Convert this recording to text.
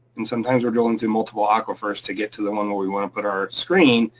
and sometimes we're drilling through multiple aquifers to get to the one where we wanna put our screen,